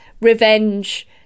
revenge